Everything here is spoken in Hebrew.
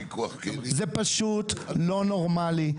זה פשוט לא נורמלי.